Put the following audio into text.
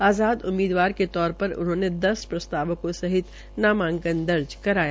आज़ाद उम्मीदवार के तौर पर उन्होंने दस प्रस्तावों सहित नामांकन दर्ज करवाया